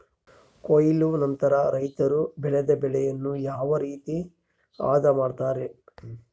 ಕೊಯ್ಲು ನಂತರ ರೈತರು ಬೆಳೆದ ಬೆಳೆಯನ್ನು ಯಾವ ರೇತಿ ಆದ ಮಾಡ್ತಾರೆ?